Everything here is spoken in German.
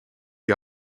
die